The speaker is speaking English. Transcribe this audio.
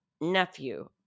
nephew